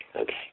okay